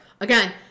Again